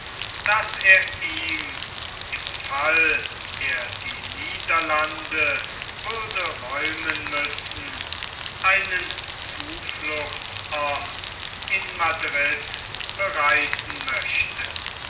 daß er ihm im fall er die niederlande würde räumen müssen einen zufluchtsort in madrid bereiten möchte